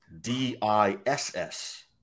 D-I-S-S